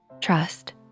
Trust